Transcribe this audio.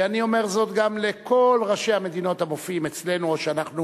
ואני אומר זאת גם לכל ראשי המדינות המופיעים אצלנו או שאנחנו